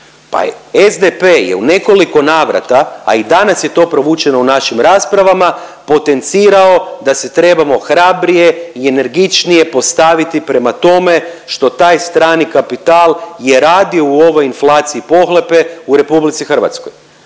Pa SDP je u nekoliko navrata, a i danas je to provučeno u našim raspravama, potencirao da se trebamo hrabrije i energičnije postaviti prema tome što taj strani kapital je radio u ovoj inflaciji pohlepe u RH.